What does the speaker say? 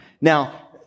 Now